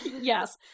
Yes